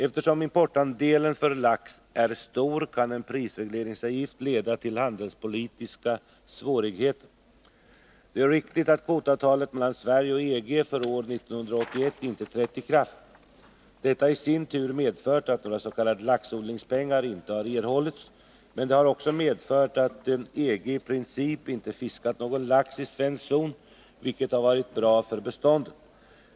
Eftersom importandelen för lax är stor, kan en prisregleringsavgift leda till handelspolitiska svårigheter. Det är riktigt att kvotavtalet mellan Sverige och EG för år 1981 inte trätt i kraft. Detta har i sin tur medfört att några s.k. laxodlingspengar inte har erhållits, men det har också medfört att EG i princip inte fiskat någon lax i svensk zon, vilket har varit bra för beståndet.